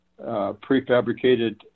prefabricated